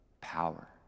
power